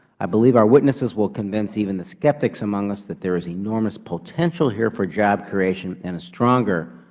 i believe our witnesses will convince even the skeptics among us that there is enormous potential here for job creation and a stronger,